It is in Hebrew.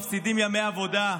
מפסידים ימי עבודה,